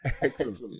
excellent